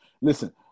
Listen